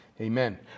Amen